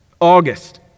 August